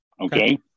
okay